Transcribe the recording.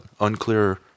unclear